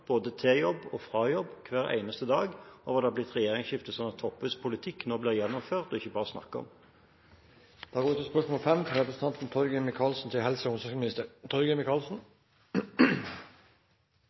både til jobb og fra jobb hver eneste dag for at det har blitt regjeringsskifte, sånn at Toppes politikk nå blir gjennomført og ikke bare snakket om. «I forbindelse med behandlingen av statsbudsjettet kunne ikke regjeringen svare på ulike spørsmål